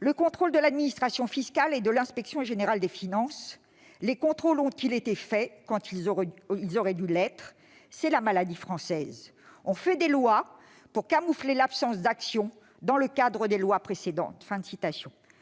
le contrôle de l'administration fiscale et de l'inspection générale des finances. Les contrôles ont-ils été faits quand ils auraient dû l'être ? C'est la maladie française. On fait des lois pour camoufler l'absence d'action dans le cadre des lois précédentes. »